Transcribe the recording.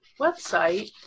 website